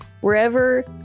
wherever